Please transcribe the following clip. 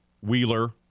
Wheeler